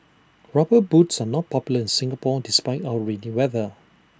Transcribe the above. rubber boots are not popular in Singapore despite our rainy weather